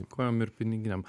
kojom ir piniginėm